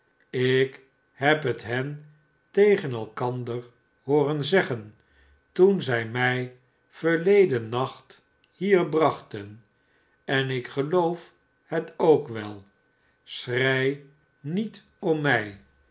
ik heb het hen tegen elkander hooren zeggen toen zij mij verleden nacht hier brachten en ik geloof hetookwel schrei niet om mij